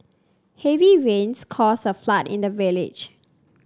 heavy rains caused a flood in the village